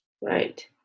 Right